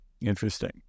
Interesting